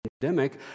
pandemic